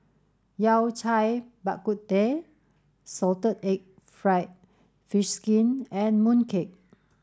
Yao Cai Bak Kut Teh salted egg fried fish skin and mooncake